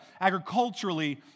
agriculturally